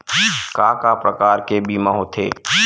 का का प्रकार के बीमा होथे?